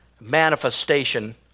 manifestation